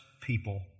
people